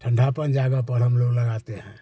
ठंडापन जगह पर हम लोग लगाते हैं